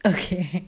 okay